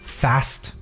fast